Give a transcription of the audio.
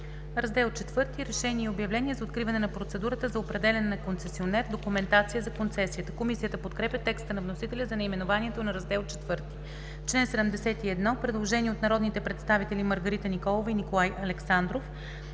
„Раздел ІV – Решение и обявление за откриване на процедурата за определяне на концесионер. Документация за концесията.“ Комисията подкрепя текста на вносителя за наименованието на Раздел ІV. По чл. 71 – предложение от народните представители Маргарита Николова и Николай Александров: